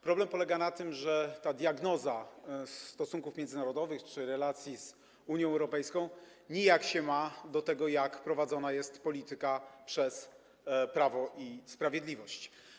Problem polega na tym, że ta diagnoza stosunków międzynarodowych czy relacji z Unią Europejską nijak się ma do tego, jak jest prowadzona polityka przez Prawo i Sprawiedliwość.